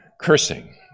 cursing